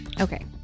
Okay